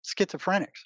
schizophrenics